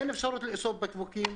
אין אפשרות לאסוף בקבוקים,